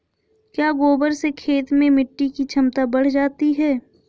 क्या गोबर से खेत में मिटी की क्षमता बढ़ जाती है?